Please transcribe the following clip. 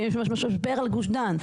משבר בגוש דן.